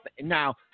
Now